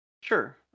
Sure